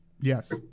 Yes